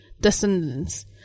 descendants